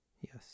Yes